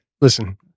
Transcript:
listen